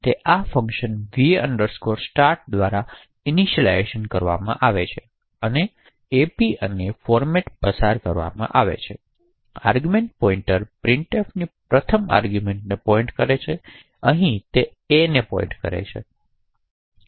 તે આ function va start દ્વારા ઈનીશીયલાયજ કરવામાં આવે અને ap અને ફોર્મેટ પસાર કરવામાં છે આર્ગૂમેંટ પોઇન્ટર પ્રિન્ટફની પ્રથમ આર્ગૂમેંટને પોઈન્ટ કરે છે અહી તે a ને પોઈન્ટ કરે છે